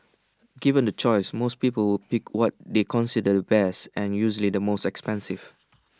given the choice most people would pick what they consider the best and usually the most expensive